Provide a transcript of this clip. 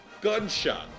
gunshot